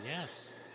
yes